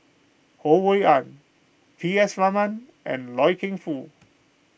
Ho Rui An P S Raman and Loy Keng Foo